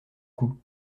coup